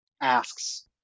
asks